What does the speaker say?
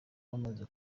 bamaze